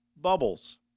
bubbles